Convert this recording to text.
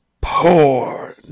porn